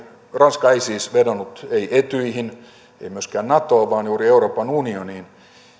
ranska ei siis vedonnut etyjiin ei myöskään natoon vaan juuri euroopan unioniin